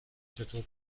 چطور